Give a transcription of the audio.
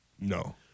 No